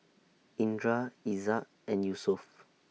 Indra Izzat and Yusuf